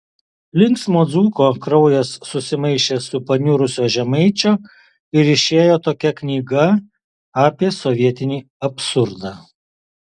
linksmo dzūko kraujas susimaišė su paniurusio žemaičio ir išėjo tokia knyga apie sovietinį absurdą